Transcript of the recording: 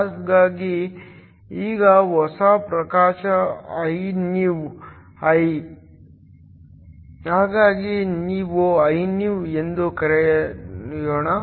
ಹಾಗಾಗಿ ಈಗ ಹೊಸ ಪ್ರಕಾಶ Inew ಹಾಗಾಗಿ ಇದನ್ನು Inew ಎಂದು ಕರೆಯೋಣ